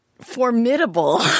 formidable